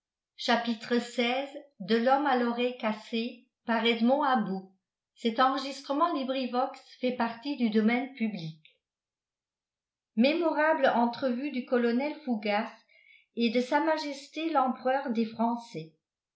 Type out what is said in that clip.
mémorable entrevue du colonel fougas et de s m l'empereur des français